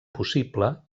possible